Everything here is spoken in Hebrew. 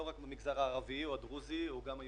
לא רק במגזר הערבי או הדרוזי או היהודי,